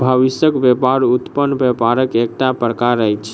भविष्यक व्यापार व्युत्पन्न व्यापारक एकटा प्रकार अछि